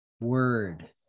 word